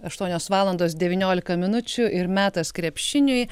aštuonios valandos devyniolika minučių ir metas krepšiniui